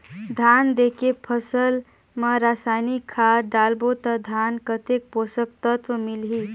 धान देंके फसल मा रसायनिक खाद डालबो ता धान कतेक पोषक तत्व मिलही?